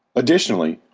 additionally,